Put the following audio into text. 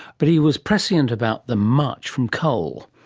but he was prescient about the march from coal.